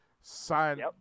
sign